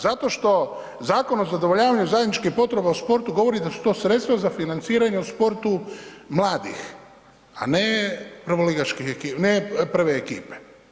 Zato što Zakon o zadovoljavanju zajedničkih potreba u sportu govori da su to sredstva o financiranju sportu mladih a ne prvoligaških ekipa, ne prve ekipe.